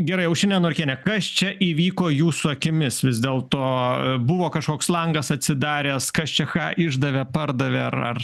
gerai aušrine norkiene kas čia įvyko jūsų akimis vis dėlto buvo kažkoks langas atsidaręs kas čia ką išdavė pardavė ar ar